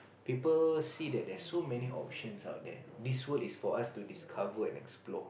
people see that there are so many options out there this world is for us to discover and explore